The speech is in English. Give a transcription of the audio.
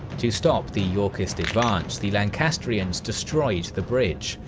to stop the yorkist advance, the lancastrians destroyed the bridge,